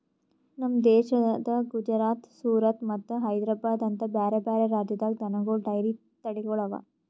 ನಮ್ ದೇಶದ ಗುಜರಾತ್, ಸೂರತ್ ಮತ್ತ ಹೈದ್ರಾಬಾದ್ ಅಂತ ಬ್ಯಾರೆ ಬ್ಯಾರೆ ರಾಜ್ಯದಾಗ್ ದನಗೋಳ್ ಡೈರಿ ತಳಿಗೊಳ್ ಅವಾ